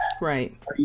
Right